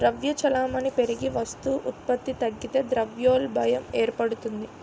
ద్రవ్య చలామణి పెరిగి వస్తు ఉత్పత్తి తగ్గితే ద్రవ్యోల్బణం ఏర్పడుతుంది